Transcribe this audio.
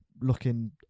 looking